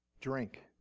Drink